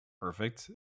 perfect